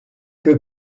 que